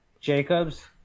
Jacobs